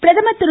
பிரதமர் திரு